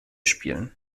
spielen